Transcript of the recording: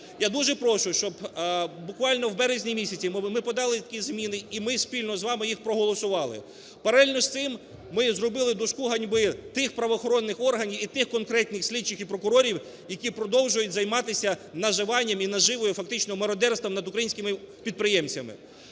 Я дуже прошу, щоб буквально в березні місяці ми подали такі зміни і ми спільно з вами їх проголосували. Паралельно з цим ми зробили дошку ганьби тих правоохоронних органів і тих конкретних слідчих і прокурорів, які продовжують займатися наживанням і наживою, фактично мародерством, над українськими підприємцями.